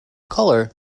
colour